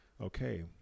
Okay